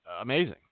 amazing